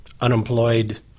Unemployed